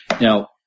Now